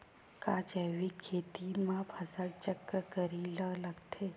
का जैविक खेती म फसल चक्र करे ल लगथे?